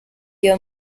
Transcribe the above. iyo